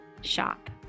shop